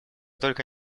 только